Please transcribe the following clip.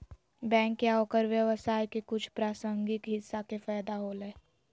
bank या ओकर व्यवसाय के कुछ प्रासंगिक हिस्सा के फैदा होलय